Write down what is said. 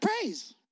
praise